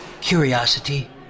Curiosity